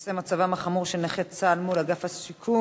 בנושא מצבם החמור של נכי צה"ל מול אגף השיקום,